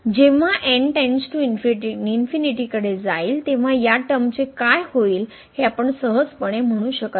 जेव्हा n → ∞जाईल तेव्हा या टर्मचे काय होईल हे आपण सहजपणे म्हणू शकत नाही